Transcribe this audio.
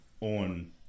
on